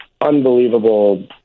unbelievable